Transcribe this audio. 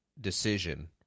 decision